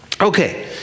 Okay